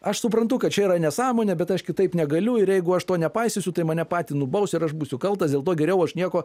aš suprantu kad čia yra nesąmonė bet aš kitaip negaliu ir jeigu aš to nepaisysiu tai mane patį nubaus ir aš būsiu kaltas dėl to geriau aš nieko